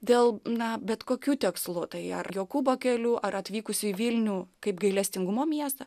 dėl na bet kokių tikslų tai ar jokūbo keliu ar atvykusių į vilnių kaip gailestingumo miestą